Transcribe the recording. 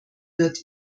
wird